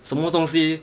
什么东西